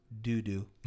doo-doo